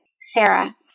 Sarah